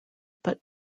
but